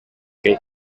gay